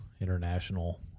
international